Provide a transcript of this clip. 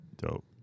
dope